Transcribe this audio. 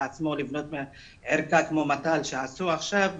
עצמו לבנות ערכה כמו מת"ל שעשו עכשיו,